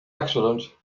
accident